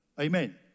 Amen